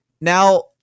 now